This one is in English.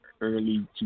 Early